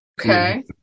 Okay